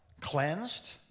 Cleansed